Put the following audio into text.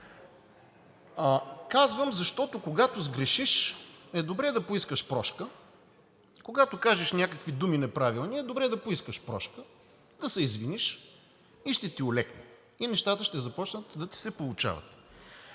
Казвам го, защото, когато сгрешиш, е добре да поискаш прошка, когато кажеш някакви неправилни думи, е добре да поискаш прошка, да се извиниш и ще ти олекне, и нещата ще започнат да ти се получават.